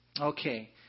Okay